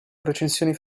recensioni